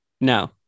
No